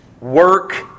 work